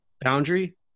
boundary